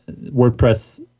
WordPress